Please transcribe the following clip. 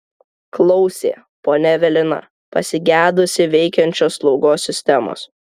klausė ponia evelina pasigedusi veikiančios slaugos sistemos